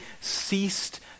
ceased